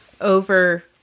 over